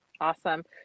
Awesome